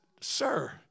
Sir